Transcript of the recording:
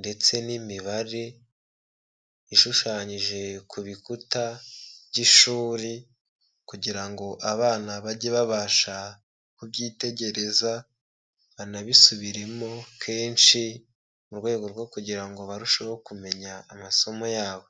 ndetse n'imibare ishushanyije ku bikuta by'ishuri kugira ngo abana bajye babasha kubyitegereza banabisubiremo kenshi mu rwego rwo kugira ngo barusheho kumenya amasomo yabo.